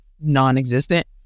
non-existent